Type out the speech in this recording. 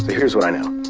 here's what i know.